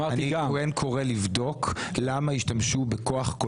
אני כן קורא לבדוק למה השתמשו בכוח.